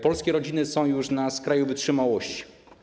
Polskie rodziny są już na skraju wytrzymałości.